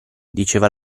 diceva